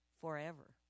forever